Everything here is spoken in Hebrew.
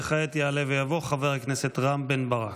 וכעת יעלה ויבוא חבר הכנסת רם בן ברק.